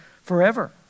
forever